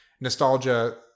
nostalgia